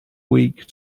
weak